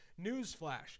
newsflash